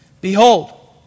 Behold